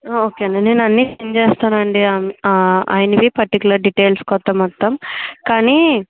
ఒకే అండి నేను అన్ని సెండ్ చేస్తానండి అం ఆయనవి పర్టికులర్ డిటైల్స్ కొంత మొత్తం కానీ